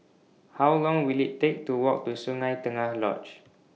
How Long Will IT Take to Walk to Sungei Tengah Lodge